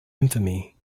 infamy